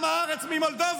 מנבל את